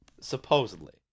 supposedly